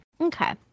okay